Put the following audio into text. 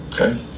okay